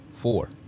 four